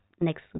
Next